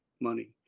money